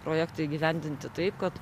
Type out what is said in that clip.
projektai įgyvendinti taip kad